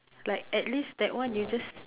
like at least that one you just